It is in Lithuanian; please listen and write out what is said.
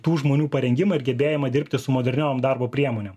tų žmonių parengimą ir gebėjimą dirbti su moderniom darbo priemonėm